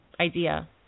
idea